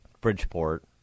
Bridgeport